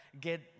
get